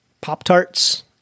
Pop-Tarts